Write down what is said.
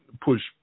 push